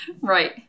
Right